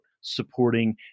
supporting